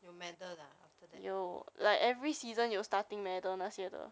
有 medal ah after that